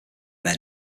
then